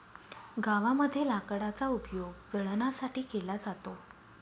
गावामध्ये लाकडाचा उपयोग जळणासाठी केला जातो